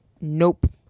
Nope